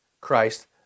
Christ